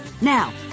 Now